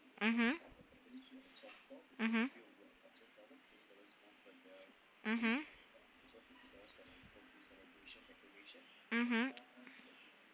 mmhmm mmhmm mmhmm mmhmm